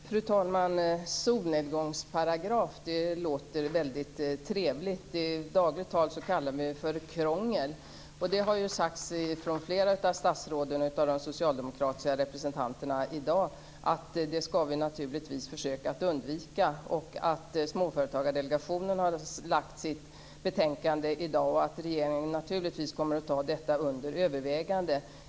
Fru talman! Solnedgångsparagraf låter väldigt trevligt. I dagligt tal kallas det för krångel. Det har sagts från flera av statsråden och från flera av de socialdemokratiska representanterna i dag att det skall vi naturligtvis försöka att undvika. Småföretagardelegationen har lagt fram sitt betänkande i dag, och regeringen kommer naturligtvis att ta detta under övervägande.